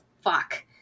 fuck